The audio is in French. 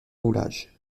roulage